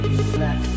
Left